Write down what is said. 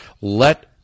let